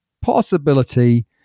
possibility